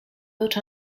built